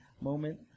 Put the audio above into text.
moment